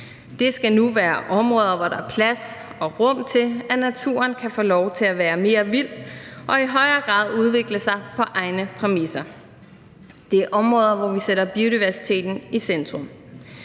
Det skal nu være områder, hvor der er plads og rum til, at naturen kan få lov at være mere vild og i højere grad udvikle sig på egne præmisser. Det er områder, hvor vi sætter biodiversiteten i centrum.